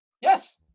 Yes